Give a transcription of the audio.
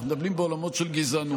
אנחנו מדברים בעולמות של גזענות.